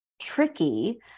tricky